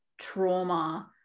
trauma